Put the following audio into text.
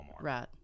right